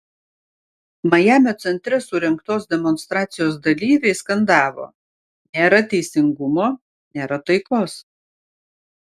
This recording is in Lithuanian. majamio centre surengtos demonstracijos dalyviai skandavo nėra teisingumo nėra taikos